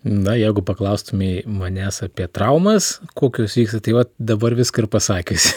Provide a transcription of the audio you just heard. na jeigu paklaustumei manęs apie traumas kokios vyksta tai va dabar viską ir pasakiusi